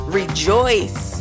rejoice